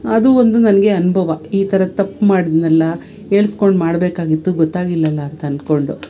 ಅದು ಒಂದು ನನಗೆ ಅನುಭವ ಈ ಥರ ತಪ್ಪು ಮಾಡಿದೆನಲ್ಲ ಹೇಳಿಸ್ಕೊಂಡ್ ಮಾಡಬೇಕಾಗಿತ್ತು ಗೊತ್ತಾಗಿಲ್ಲಲ್ಲ ಅಂತ ಅನ್ಕೊಂಡು